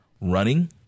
running